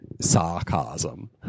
sarcasm